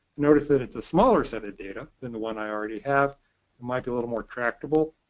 notice that it's a smaller set of data than the one i already have. it might be a little more tractable.